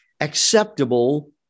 acceptable